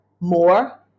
more